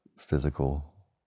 physical